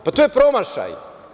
Pa, to je promašaj.